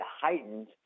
heightened